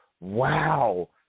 wow